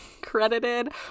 credited